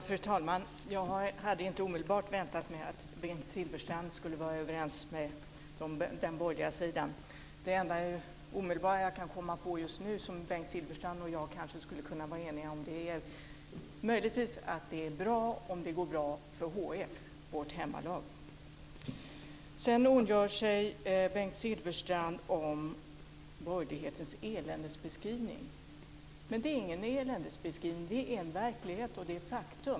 Fru talman! Jag hade inte omedelbart väntat mig att Bengt Silfverstrand skulle vara överens med den borgerliga sidan. Det enda som jag just nu kan komma på som Bengt Silfverstrand och jag kanske skulle kunna vara eniga om är att det är bra om det går bra för HIF, vårt hemmalag. Sedan ondgör sig Bengt Silfverstrand över borgerlighetens eländesbeskrivning. Men det är ingen eländesbeskrivning. Det är en verklighet, och det är ett faktum.